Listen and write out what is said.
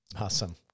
Awesome